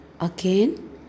Again